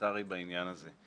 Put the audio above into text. הפרלמנטרי בעניין הזה.